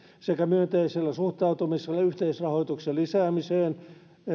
sekä myönteisellä suhtautumisella yhteisrahoituksen lisäämiseen